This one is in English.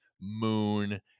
moon